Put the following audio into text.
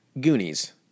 Goonies